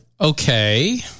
Okay